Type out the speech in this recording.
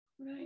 Right